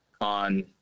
on –